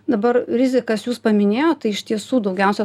dabar rizikas jūs paminėjot tai iš tiesų daugiausia